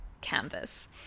canvas